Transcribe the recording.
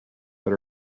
that